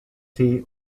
tee